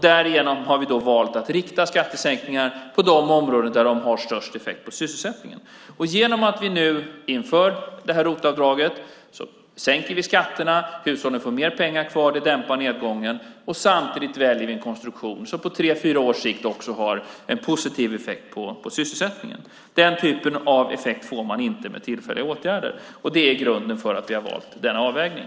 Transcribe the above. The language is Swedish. Därigenom har vi valt att rikta skattesänkningarna till de områden där de har störst effekt på sysselsättningen. Genom att vi nu inför detta ROT-avdrag sänker vi skatterna. Hushållen får mer pengar kvar, och det dämpar nedgången. Samtidigt väljer vi en konstruktion som på tre fyra års sikt också har en positiv effekt på sysselsättningen. Den typen av effekt får man inte med tillfälliga åtgärder. Det är grunden för att vi har valt denna avvägning.